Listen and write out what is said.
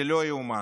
זה לא יאומן.